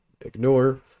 ignore